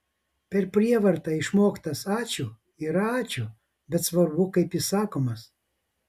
per prievartą išmoktas ačiū yra ačiū bet svarbu kaip jis sakomas